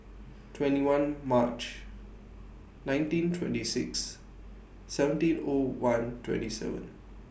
twenty one March nineteen twenty six seventeen O one twenty seven